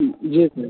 जी एक मिनट